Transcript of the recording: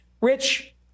Rich